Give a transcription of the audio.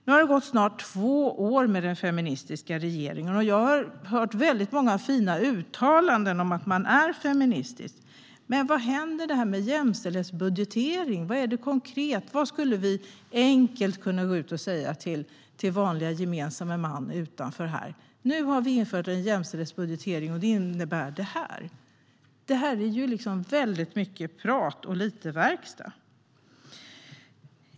Nu har det snart gått två år med den feministiska regeringen, och jag har hört många fina uttalanden om att man är feministisk. Men vad händer med det här med jämställdhetsbudgetering? Vad är det konkret? Vad skulle vi enkelt kunna säga till gemene man här utanför? "Nu har vi infört jämställdhetsbudgetering, och det innebär det här." Det är liksom väldigt mycket snack och lite verkstad.